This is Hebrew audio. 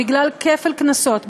בגלל כפל קנסות,